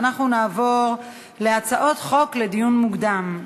נעבור להצעות חוק לדיון מוקדם.